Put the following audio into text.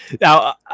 Now